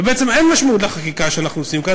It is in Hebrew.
ובעצם אין משמעות לחקיקה שאנחנו עושים כאן